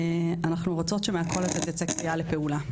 אנחנו רוצות שמהקול הזה תצא קריאה לפעולה.